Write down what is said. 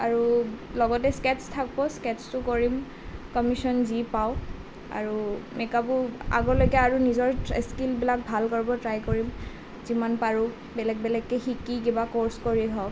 আৰু লগতে স্কেট্চ থাকিব স্কেট্চো কৰিম কমিচন যি পাওঁ আৰু মেক আপো আগলৈকে আৰু নিজৰ স্কিনবিলাক ভাল কৰিব ট্ৰাই কৰিম যিমান পাৰোঁ বেলেগ বেলেগকে শিকি কিবা ক'ৰ্চ কৰি হওক